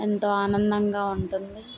ఎంతో ఆనందంగా ఉంటుంది